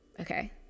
okay